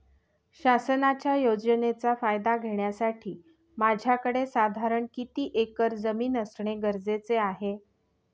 शासनाच्या योजनेचा फायदा घेण्यासाठी माझ्याकडे साधारण किती एकर जमीन असणे गरजेचे आहे?